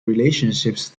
relationships